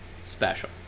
special